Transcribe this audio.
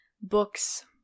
books